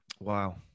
Wow